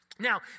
Now